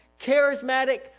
charismatic